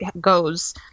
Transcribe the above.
goes